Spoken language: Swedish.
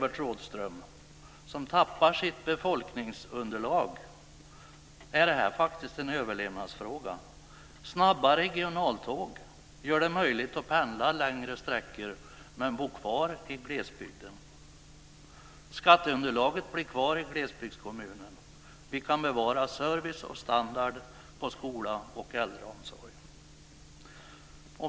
Rådhström, som tappar sitt befolkningsunderlag är det här faktiskt en överlevnadsfråga. Snabba regionaltåg gör det möjligt att pendla längre sträckor men bo kvar i glesbygden. Skatteunderlaget blir kvar i glesbygdskommunen. Vi kan bevara service och standard på skola och äldreomsorg.